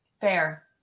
fair